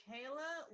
Kayla